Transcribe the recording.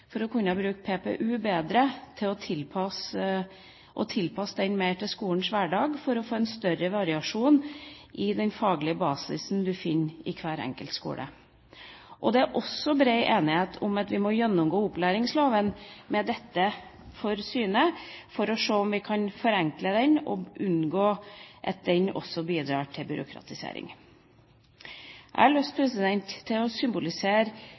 for å kunne bruke PPU bedre, tilpasse den mer til skolens hverdag og få en større variasjon i den faglige basisen du finner i hver enkelt skole. Det er også bred enighet om at vi må gjennomgå opplæringsloven med dette for øye for å se om vi kan forenkle den og unngå at den også bidrar til byråkratisering. Jeg har lyst til å